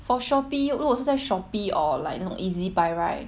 for Shopee 如果是在 Shopee or like know Ezbuy right